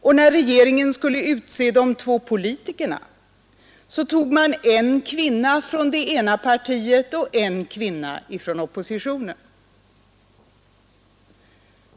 Och när regeringen skulle utse de två politikerna tog man en kvinna från det egna partiet och en kvinna från oppositionen.